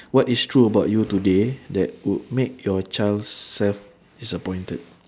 what is true about you today that would make your child self disappointed